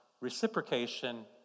reciprocation